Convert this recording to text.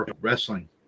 wrestling